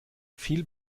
viel